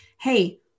Hey